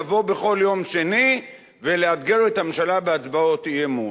לבוא בכל יום שני ולאתגר את הממשלה בהצבעות אי-אמון,